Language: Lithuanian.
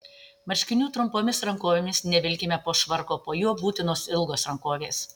marškinių trumpomis rankovėmis nevilkime po švarku po juo būtinos ilgos rankovės